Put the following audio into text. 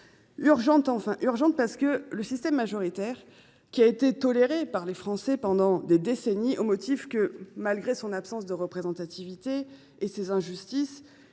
urgente, parce que le système majoritaire n’a été toléré par les Français pendant des décennies qu’aux motifs que malgré son absence de représentativité et ses injustices,